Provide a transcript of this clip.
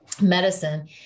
medicine